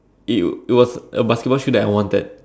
it it was a basketball shoe that I wanted